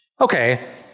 okay